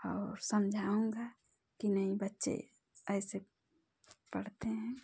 और समझाऊंगा कि नहीं बच्चे ऐसे पढ़ते हैं